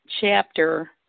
chapter